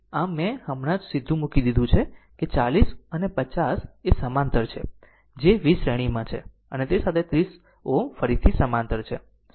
આમ મેં હમણાં જ સીધું મૂકી દીધું છે કે 40 અને 50 એ સમાંતર છે જે 20 શ્રેણીમાં છે અને તે સાથે 30 Ω ફરીથી સમાંતર છે